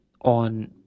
on